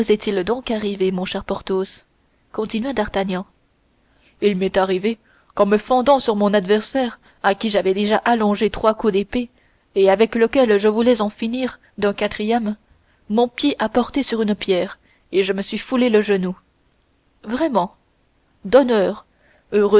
donc arrivé mon cher porthos continua d'artagnan il m'est arrivé qu'en me fendant sur mon adversaire à qui j'avais déjà allongé trois coups d'épée et avec lequel je voulais en finir d'un quatrième mon pied a porté sur une pierre et je me suis foulé le genou vraiment